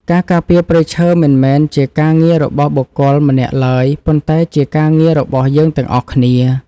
ការការពារព្រៃឈើមិនមែនជាការងាររបស់បុគ្គលម្នាក់ឡើយ ប៉ុន្តែជាការងាររបស់យើងទាំងអស់គ្នា។